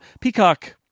Peacock